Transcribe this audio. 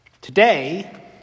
Today